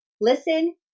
Listen